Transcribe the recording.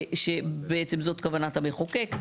שבעצם זו כוונת המחוקק,